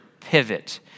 pivot